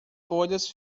folhas